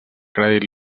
crèdit